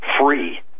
free